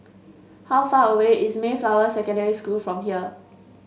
how far away is Mayflower Secondary School from here